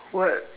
what